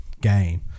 game